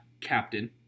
captain